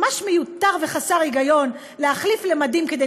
ממש מיותר וחסר היגיון להחליף למדים כדי